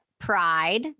pride